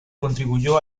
contribuyó